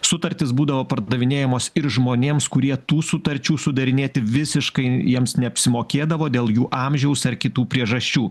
sutartys būdavo pardavinėjamos ir žmonėms kurie tų sutarčių sudarinėti visiškai jiems neapsimokėdavo dėl jų amžiaus ar kitų priežasčių